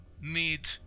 need